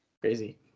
crazy